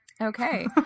Okay